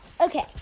Okay